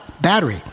battery